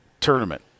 tournament